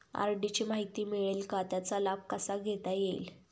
RD ची माहिती मिळेल का, त्याचा लाभ कसा घेता येईल?